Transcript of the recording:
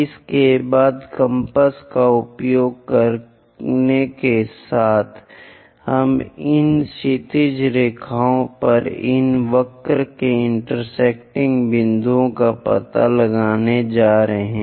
इसके बाद कम्पास का उपयोग करने के साथ हम इन क्षैतिज रेखाओं पर इस वक्र के इंटेरसेक्टिंग बिंदुओं का पता लगाने जा रहे हैं